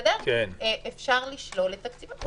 אפשר לשלול את תקציבו.